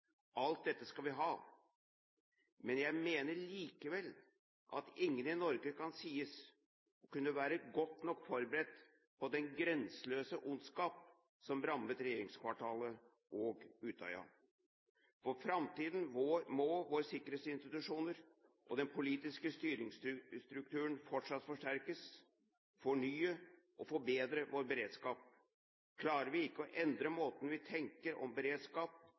Alt dette skal vi ha. Men jeg mener likevel at ingen i Norge kunne være godt nok forberedt på den grenseløse ondskap som rammet regjeringskvartalet og Utøya. For framtiden må våre sikkerhetsinstitusjoner og den politiske styringsstrukturen fortsatt forsterke, fornye og forbedre vår beredskap. Klarer vi ikke å endre måten vi tenker på om beredskap,